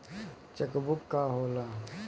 Check book का होला?